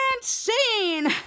scene